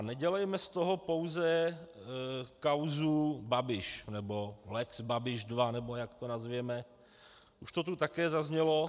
Nedělejme z toho pouze kauzu Babiš nebo lex Babiš 2, nebo jak to nazveme, už to tu také zaznělo.